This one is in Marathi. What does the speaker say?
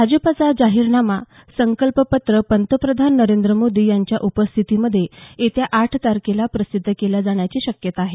भाजपचा जाहिरनामा संकल्प पत्र पंतप्रधान नरेंद्र मोदी यांच्या उपस्थितीमध्ये येत्या आठ तारखेला प्रसिद्ध केला जाण्याची शक्यता आहे